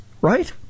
right